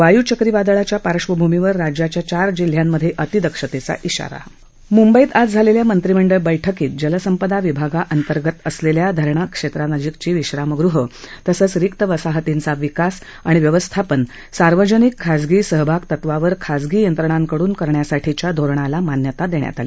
वाय् चक्री वादळाच्या पार्श्वभूमीवर राज्याच्या चार जिल्ह्यामधे अतिदक्षतेचा इशारा मूंबईत आज झालेल्या मंत्रीमंडळ बैठकीत जलसंपदा विभागांतर्गत असलेल्या धरणक्षेत्रानजीकची विश्रामगृहं तसंच रिक्त वसाहतींचा विकास आणि व्यवस्थापन सार्वजनिक खाजगी सहभाग तत्त्वावर खाजगी यंत्रणांकड्रन करण्यासाठीच्या धोरणाला मान्यता देण्यात आली